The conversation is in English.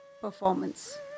performance